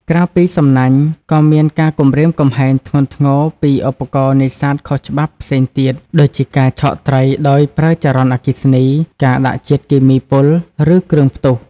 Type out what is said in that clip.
ក្រៅពីសំណាញ់ ក៏មានការគំរាមកំហែងធ្ងន់ធ្ងរពីឧបករណ៍នេសាទខុសច្បាប់ផ្សេងទៀត ដូចជាការឆក់ត្រីដោយប្រើចរន្តអគ្គិសនី ការដាក់ជាតិគីមីពុល ឬគ្រឿងផ្ទុះ។